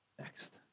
Next